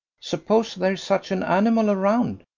suppose there is such an animal around.